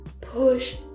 push